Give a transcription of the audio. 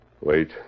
Wait